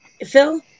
Phil